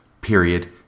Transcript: period